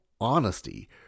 honesty